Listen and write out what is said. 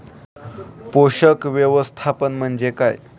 पोषक व्यवस्थापन म्हणजे काय?